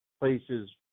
places